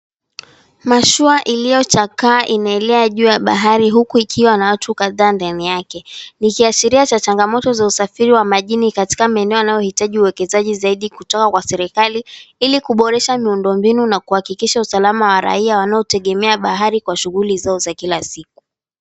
Mashua iliyochakaa imeelea juu ya bahari, huku ikiwa na watu kadhaa ndani yake. Likiashiria changamoto za usafiri wa majini katika maeneo yanayohitaji uwekezaji zaidi kutoa kwa serikali, ili kuboresha miundombinu na kuhakikisha usalama wa raia wanaotegemea bahari kwa shughuli zao za kila siku.